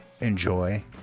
enjoy